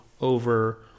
over